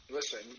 Listen